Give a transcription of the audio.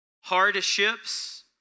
hardships